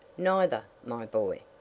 neither, my boy.